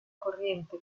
corriente